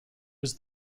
was